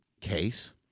Case